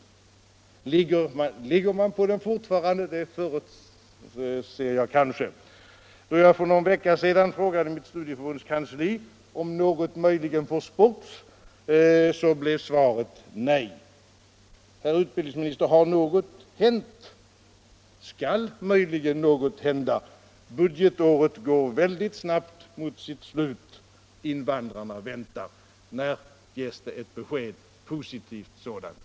Ligger man på den fortfarande? Det förutser jag kanske. Då jag för någon vecka sedan frågade mitt studieförbunds kansli om något möjligen försports blev svaret nej. Har något hänt, herr utbildningsminister, eller skall möjligen något hända? Budgetåret går väldigt snabbt mot sitt slut. Invandrarna väntar. När ges det ett positivt besked?